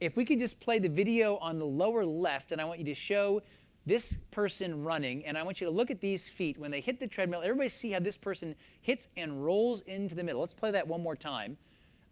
if we can just play the video on the lower left, and i want you to show this person running, and i want you look at these feet when they hit the treadmill. everybody see how this person hits and rolls into the middle. let's play that one more time